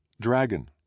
Dragon